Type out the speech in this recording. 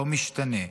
לא משתנה,